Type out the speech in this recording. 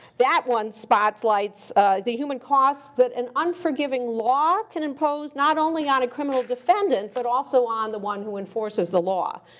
that one spotlights the human cost that an unforgiving law can impose not only on a criminal defendant, but also on the one who enforces the law.